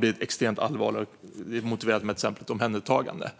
blivit extremt allvarlig och det är motiverat med exempelvis ett omhändertagande.